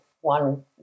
one